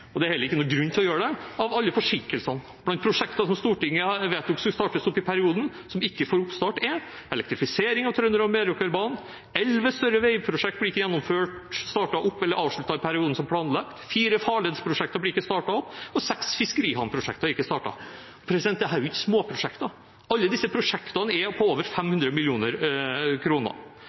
og det er heller ikke noen grunn til å gjøre det – av alle forsinkelsene. Blant prosjekter som Stortinget vedtok skulle startes opp i perioden, som ikke får oppstart, er: elektrifisering av Trønder- og Meråkerbanen, elleve større veiprosjekter, som ikke blir gjennomført, startet opp eller avsluttet i perioden som planlagt, fire farledsprosjekter, som ikke blir startet opp, og seks fiskerihavneprosjekter, som ikke er startet. Dette er ikke småprosjekter – alle disse prosjektene er på over 500